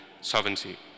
sovereignty